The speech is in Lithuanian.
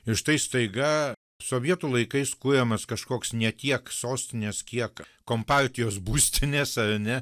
ir štai staiga sovietų laikais kuriamas kažkoks ne tiek sostinės kiek kompartijos būstinės ar ne